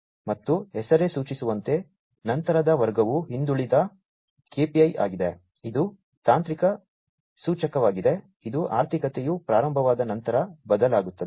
ಮತ್ತು ಹೆಸರೇ ಸೂಚಿಸುವಂತೆ ನಂತರದ ವರ್ಗವು ಹಿಂದುಳಿದ KPI ಆಗಿದೆ ಇದು ತಾಂತ್ರಿಕ ಸೂಚಕವಾಗಿದೆ ಇದು ಆರ್ಥಿಕತೆಯು ಪ್ರಾರಂಭವಾದ ನಂತರ ಬದಲಾಗುತ್ತದೆ